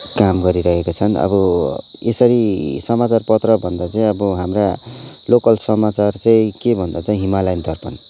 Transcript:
काम गरिरहेका छन् अब यसरी समाचारपत्रभन्दा चाहिँ अब हाम्रा लोकल समाचार चाहिँ के भन्दा चाहिँ हिमालय दर्पण